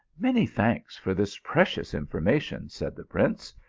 many thanks for this precious information said the prince.